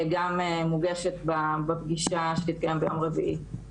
גם מוגשת בפגישה שתתקיים ביום רביעי.